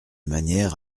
manière